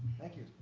thank you.